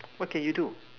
what can you do